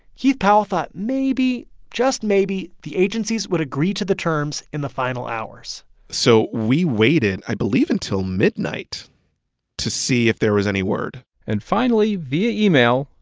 keith powell thought maybe, just maybe, the agencies would agree to the terms in the final hours so we waited, i believe, until midnight to see if there was any word and finally, via email,